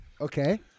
Okay